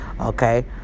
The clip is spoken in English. Okay